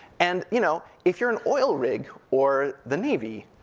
and you know, if you're an oil rig, or the navy,